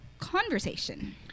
conversation